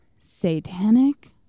satanic